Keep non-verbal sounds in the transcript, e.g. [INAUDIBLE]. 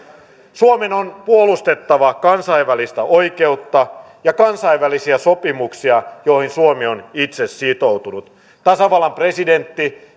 suomen on puolustettava kansainvälistä oikeutta ja kansainvälisiä sopimuksia joihin suomi on itse sitoutunut tasavallan presidentti [UNINTELLIGIBLE]